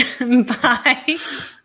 Bye